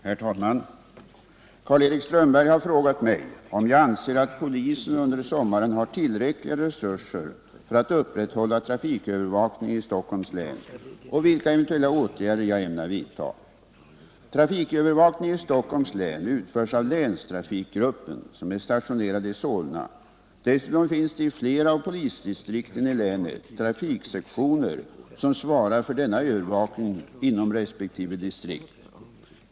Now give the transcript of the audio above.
Herr talman! Karl-Erik Strömberg har frågat mig om jag anser att polisen under sommaren har tillräckliga resurser för att upprätthålla trafikövervakningen i Stockholms län och vilka eventuella åtgärder jag ämnar vidta. Trafikövervakningen i Stockholms län utförs av länstrafikgruppen som är stationerad i Solna. Dessutom finns det i flera av polisdistrikten i länet trafiksektioner som svarar för denna övervakning inom resp. distrikt.